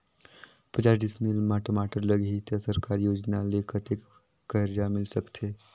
पचास डिसमिल मा टमाटर लगही त सरकारी योजना ले कतेक कर्जा मिल सकथे?